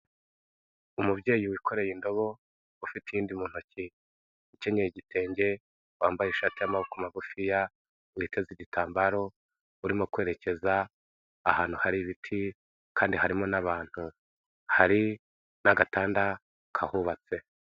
Umubyeyi wikoreye indobo, ufite iyindi mu ntoki, ukenyeye igitenge, wambaye ishati y'amaboko magufiya, witeze igitambaro, urimo kwerekeza ahantu hari ibiti kandi harimo n'abantu, hari n'agatanda kahubatse.